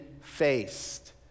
faced